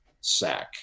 sack